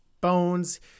bones